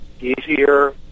easier